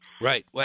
Right